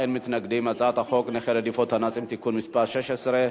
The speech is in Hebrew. חוק נכי רדיפות הנאצים (תיקון מס' 16),